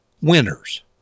winners